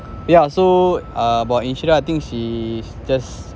yeah so err about insyirah I think she's just